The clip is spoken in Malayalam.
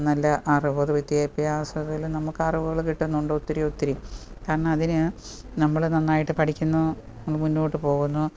നല്ല അറിവ് പൊതുവിദ്യാഭ്യാസത്തിലും നമുക്ക് അറിവുകൾ കിട്ടുന്നുണ്ട് ഒത്തിരി ഒത്തിരി കാരണം അതിന് നമ്മൾ നന്നായിട്ട് പഠിക്കുന്നു നമ്മൾ മുന്നോട്ട് പോകുന്നു